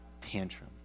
tantrum